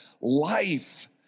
life